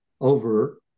over